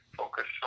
focus